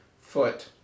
Foot